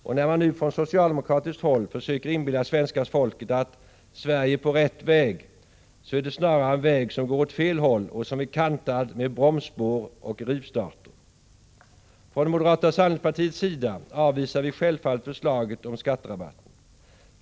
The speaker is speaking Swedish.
Man försöker nu från socialdemokratiskt håll att inbilla svenska folket att ”Sverige är på rätt väg”. Men det är snarare en väg som går åt fel håll och som är kantad med bromsspår och rivstarter. Från moderata samlingspartiets sida avvisas självfallet förslaget om skatterabatten.